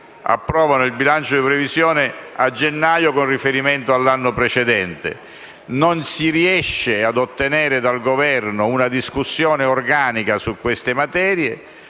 approvano il bilancio di previsione a gennaio con riferimento all'anno precedente. Non si riesce ad ottenere dal Governo una discussione organica su queste materie